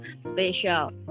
special